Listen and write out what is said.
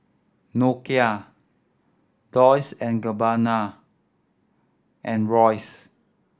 Nokia Dolce and Gabbana and Royce